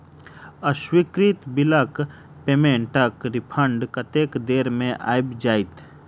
अस्वीकृत बिलक पेमेन्टक रिफन्ड कतेक देर मे आबि जाइत?